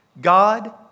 God